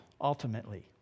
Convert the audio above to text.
ultimately